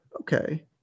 Okay